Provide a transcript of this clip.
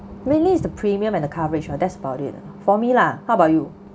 mainly is the premium and the coverage or that's about it ah for me lah how about you